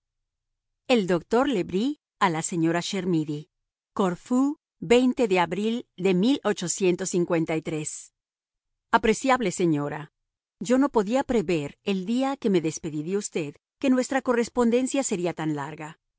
el doctor le bris a la señora chermidy corfú abril apreciable señora yo no podía prever el día que me despedí de usted que nuestra correspondencia sería tan larga